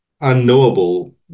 unknowable